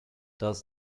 does